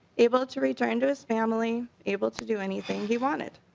able to return to his family able to do anything he wanted.